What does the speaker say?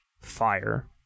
fire